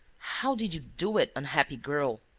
how did you do it, unhappy girl?